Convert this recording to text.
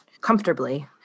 comfortably